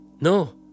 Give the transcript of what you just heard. No